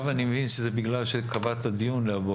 אני מבין שזה בגלל שקבעת את הדיון להבוקר,